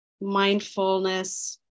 mindfulness